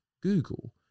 Google